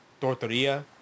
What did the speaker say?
tortilla